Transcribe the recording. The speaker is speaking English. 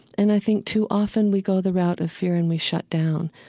and i think too often we go the route of fear, and we shut down.